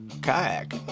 kayak